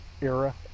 era